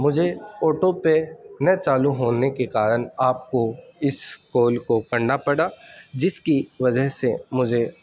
مجھے آٹو پے نہ چالو ہونے کے کارن آپ کو اس کول کو کرنا پڑا جس کی وجہ سے مجھے